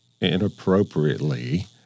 inappropriately